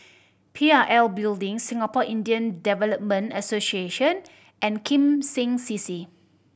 P I L Building Singapore Indian Development Association and Kim Seng C C